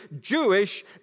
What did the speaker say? Jewish